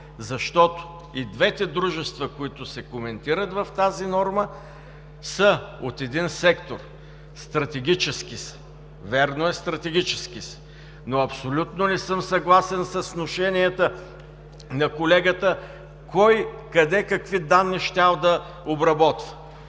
Защото и двете дружества, които се коментират в тази норма, са от един сектор – стратегически са. Вярно е, стратегически са, но абсолютно не съм съгласен с внушенията на колегата кой, къде, какви данни щял да обработва.